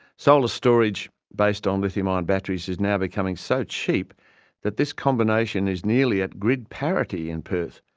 solar storage, based on lithium ion batteries, is now becoming so cheap that this combination is nearly at grid parity in perth.